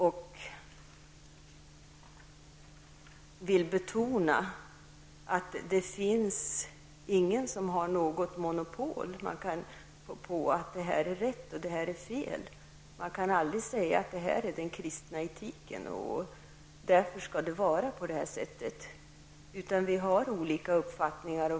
Jag vill betona att det inte finns någon som har monopol på vad som är rätt och vad som är fel. Man kan aldrig säga att detta är den kristna etiken och att det därför skall vara på det här sättet. Vi har olika uppfattningar.